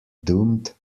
doomed